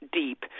deep